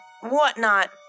whatnot